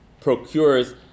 procures